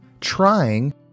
trying